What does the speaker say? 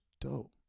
dope